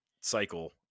cycle